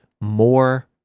more